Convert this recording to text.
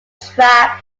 trap